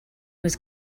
was